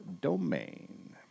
domain